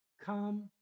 come